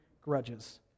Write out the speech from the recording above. grudges